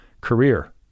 career